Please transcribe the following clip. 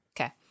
Okay